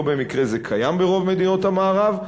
לא במקרה זה קיים ברוב מדינות המערב.